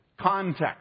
context